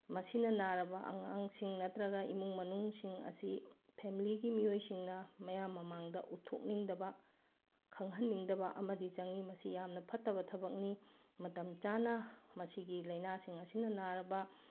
ꯃꯁꯤꯅ ꯅꯥꯔꯕ ꯑꯉꯥꯡꯁꯤꯡ ꯅꯠꯇ꯭ꯔꯒ ꯏꯃꯨꯡ ꯃꯅꯨꯡꯁꯤꯡ ꯑꯁꯤ ꯐꯦꯃꯤꯂꯤꯒꯤ ꯃꯤꯑꯣꯏꯁꯤꯡꯅ ꯃꯌꯥꯝ ꯃꯃꯥꯡꯗ ꯎꯠꯊꯣꯛꯅꯤꯡꯗꯕ ꯈꯪꯍꯟꯅꯤꯡꯗꯕ ꯑꯃꯗꯤ ꯆꯪꯉꯤ ꯃꯁꯤ ꯌꯥꯝꯅ ꯐꯠꯇꯕ ꯊꯕꯛꯅꯤ ꯃꯇꯝ ꯆꯥꯅ ꯃꯁꯤꯒꯤ ꯂꯥꯏꯅꯥꯁꯤꯡ ꯑꯁꯤꯅ ꯅꯥꯔꯕ